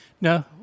No